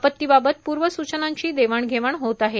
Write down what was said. आपत्तीबाबत पर्व सुचनांची देवाण घेवाण होत आहे